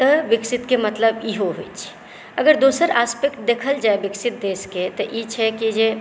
तै विकसितकेँ मतलब ई होइछै अगर दोसर आस्पेक्ट देखल जाए विकसित देशकेँ तऽ ई छै जेकि